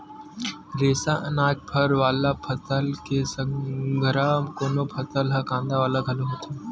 रेसा, अनाज, फर वाला फसल के संघरा कोनो फसल ह कांदा वाला घलो होथे